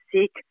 seek